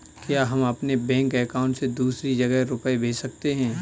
क्या हम अपने बैंक अकाउंट से दूसरी जगह रुपये भेज सकते हैं?